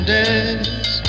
dance